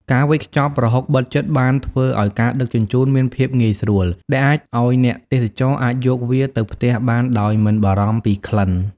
ការវេចខ្ចប់ប្រហុកបិទជិតបានធ្វើឱ្យការដឹកជញ្ជូនមានភាពងាយស្រួល ដែលអាចឱ្យអ្នកទេសចរណ៍អាចយកវាទៅផ្ទះបានដោយមិនបារម្ភពីក្លិន។